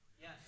Yes